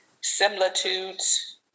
similitudes